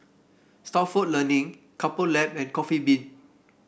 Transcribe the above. Stalford Learning Couple Lab and Coffee Bean